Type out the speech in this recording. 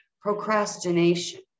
Procrastination